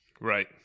Right